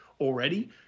already